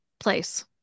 Place